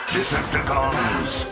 Decepticons